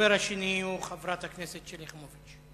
הדובר השני הוא חברת הכנסת שלי יחימוביץ.